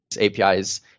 APIs